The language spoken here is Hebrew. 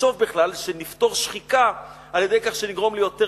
לחשוב בכלל שנפתור שחיקה על-ידי כך שנגרום ליותר